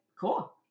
cool